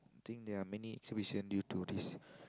I think there are many exhibition due to this